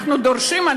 אנחנו דורשים,